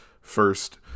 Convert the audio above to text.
first